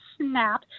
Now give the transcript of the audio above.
snap